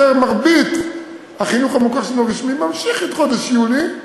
כאשר מרבית החינוך המוכר שאינו רשמי ממשיך בחודש יולי,